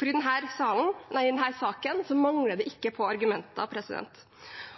for i denne saken mangler det ikke på argumenter.